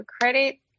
credit